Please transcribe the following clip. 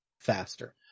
faster